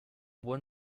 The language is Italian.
buon